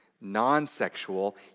non-sexual